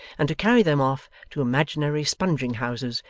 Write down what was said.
and to carry them off to imaginary sponging-houses,